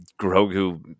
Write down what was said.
Grogu